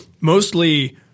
mostly